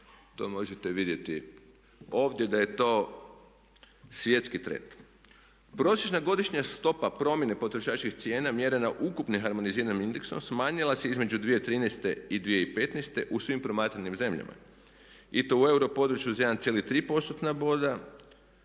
To možete vidjeti ovdje da je to svjetski trend. Prosječna godišnja stopa promjene potrošačkih cijena mjerena ukupnim harmoniziranim indeksom smanjila se između 2013. i 2015. u svim promatranim zemljama i to u euro području uz 1,3